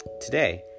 Today